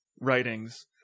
writings